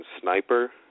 Sniper